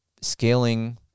scaling